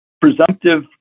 presumptive